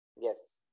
Yes